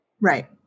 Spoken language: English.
Right